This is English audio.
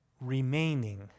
remaining